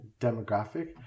demographic